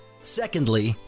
Secondly